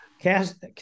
cast